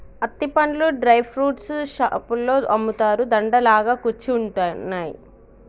అత్తి పండ్లు dry fruits షాపులో అమ్ముతారు, దండ లాగా కుచ్చి ఉంటున్నాయి